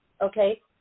okay